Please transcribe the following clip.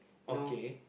okay